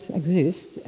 exist